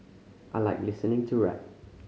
I like listening to rap